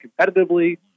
competitively